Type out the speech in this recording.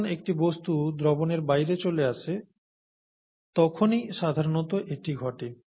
যখন একটি বস্তু দ্রবণের বাইরে চলে আসে তখনই সাধারণত এটি ঘটে